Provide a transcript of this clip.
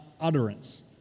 utterance